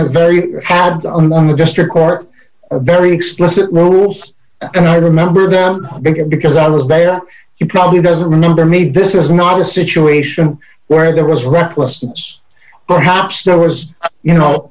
has very had on the district court very explicit rules i remember them bigger because i was there you probably doesn't remember me this is not a situation where there was reckless since perhaps there was you know